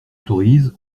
autorise